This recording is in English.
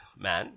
man